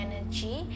energy